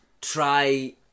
try